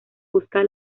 busca